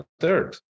third